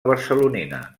barcelonina